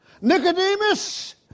Nicodemus